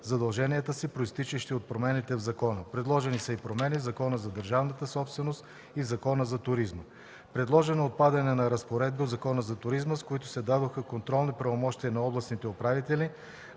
задълженията си, произтичащи от промените в закона. Предложени са и промени в Закона за държавната собственост и в Закона за туризма. Предложено е отпадане на разпоредби от Закона за туризма, с които се дадоха контролни правомощия на областните управители